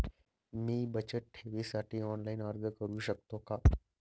मी बचत ठेवीसाठी ऑनलाइन अर्ज करू शकतो का?